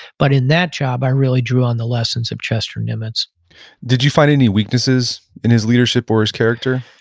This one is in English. but in that job i really drew on the lessons of chester nimitz did you find any weaknesses in his leadership or his character?